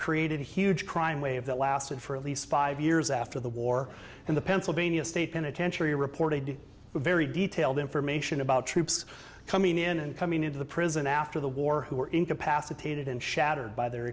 created a huge crime wave that lasted for at least five years after the war and the pennsylvania state penitentiary reported very detailed information about troops coming in and coming into the prison after the war who were incapacitated and shattered by their